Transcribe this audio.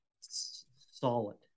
solid